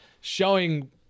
showing